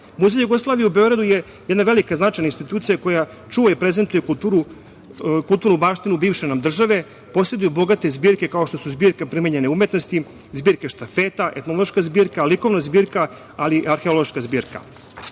Muzeje Jugoslavije u Beogradu je jedna velika značajna institucija koja čuva i prezentuje kulturnu baštinu bivše nam države, poseduje bogate zbirke kao što su zbirke primenjene umetnosti, zbirke štafeta, etnološka zbirka, likovna zbirka, ali i arheološka zbirka. Kada